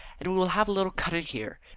and we will have a little cutting here.